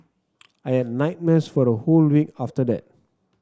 I had nightmares for a whole week after that